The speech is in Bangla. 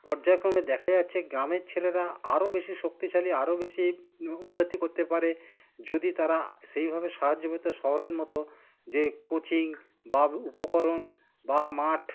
পর্যায়ক্রমে দেখা যাচ্ছে গ্রামের ছেলেরা আরও বেশি শক্তিশালী আরও বেশি উন্নতি করতে পারে যদি তারা সেইভাবে সাহায্য পেতো শহরের মতো যে কোচিং বা উপকরণ বা মাঠ